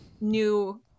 new